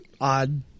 odd